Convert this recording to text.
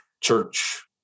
church